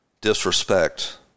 disrespect